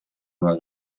una